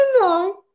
no